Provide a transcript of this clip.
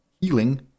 healing